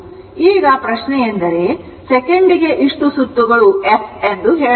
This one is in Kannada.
ಆದ್ದರಿಂದ ಈಗ ಪ್ರಶ್ನೆಯೆಂದರೆ ಸೆಕೆಂಡಿಗೆ ಇಷ್ಟು ಸುತ್ತುಗಳು f ಎಂದು ಹೇಳಬಹುದು